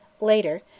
Later